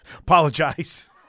Apologize